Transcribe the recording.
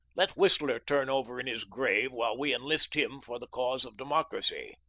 let whistler turn over in his grave while we enlist him for the cause of democracy.